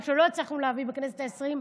מה שלא הצלחנו להביא בכנסת העשרים,